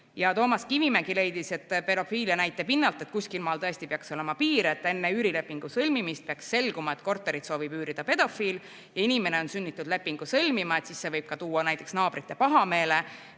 Toomas Kivimägi leidis pedofiilia näite pinnalt, et kuskil tõesti peaks olema piir. Kui enne üürilepingu sõlmimist peaks selguma, et korterit soovib üürida pedofiil, aga inimene on sunnitud lepingu sõlmima, siis see võib tuua näiteks kaasa naabrite pahameele.